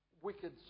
wicked